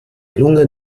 lunge